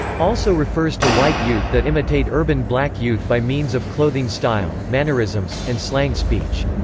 also refers to white youth that imitate urban black youth by means of clothing style, mannerisms, and slang speech.